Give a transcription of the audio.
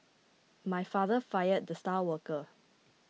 my father fired the star worker